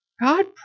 God